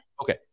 Okay